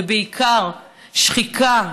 בעיקר שחיקה,